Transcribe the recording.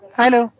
Hello